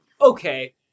okay